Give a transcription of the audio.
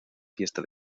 fiesta